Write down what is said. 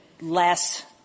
less